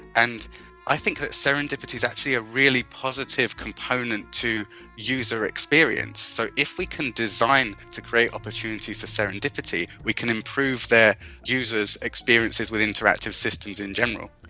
and i think that serendipity is actually a really positive component to user experience. so if we can design to create opportunities for serendipity we can improve their users' experiences with interactive systems in general.